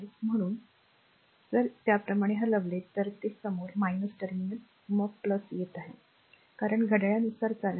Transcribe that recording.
म्हणून जर याप्रमाणे हलवले तर ते समोर टर्मिनल येत आहे कारण घड्याळानुसार चालत आहे